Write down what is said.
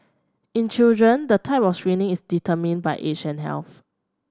in children the type of screening is determined by age and health